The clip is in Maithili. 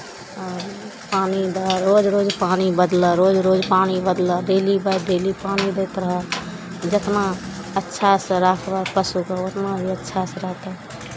आओर पानि दहक रोज रोज पानि बदलह रोज रोज पानि बदलह डेली बाइ डेली पानि दैत रहक जितना अच्छासँ राखबह पशुकेँ उतना ही अच्छासँ रहतह